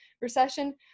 recession